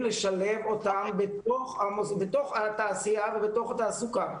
לשלב אותם בתוך התעשייה ובתוך התעסוקה.